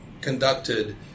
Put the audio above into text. conducted